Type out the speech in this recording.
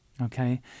Okay